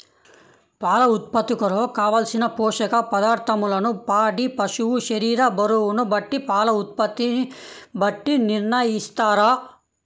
పాల ఉత్పత్తి కొరకు, కావలసిన పోషక పదార్ధములను పాడి పశువు శరీర బరువును బట్టి పాల ఉత్పత్తిని బట్టి నిర్ణయిస్తారా?